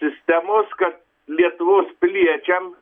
sistemos kad lietuvos piliečiam